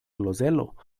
klozelo